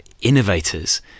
innovators